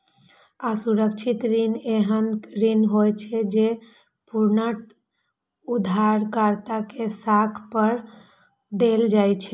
असुरक्षित ऋण एहन ऋण होइ छै, जे पूर्णतः उधारकर्ता के साख पर देल जाइ छै